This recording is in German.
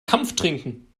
kampftrinken